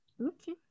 Okay